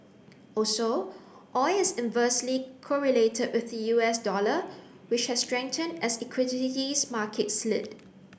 also oil is inversely correlated with the U S dollar which has strengthen as markets slid